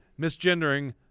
Misgendering